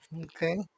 Okay